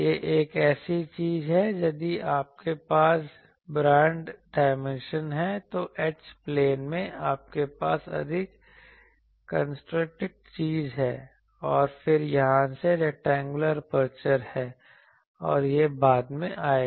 यह एक ऐसी चीज है कि यदि आपके पास ब्रॉड डायमेंशन है तो H प्लेन में आपके पास अधिक कंस्ट्रक्टेड चीज है और यह फिर से रैक्टेंगुलर एपर्चर है और यह बाद में आएगा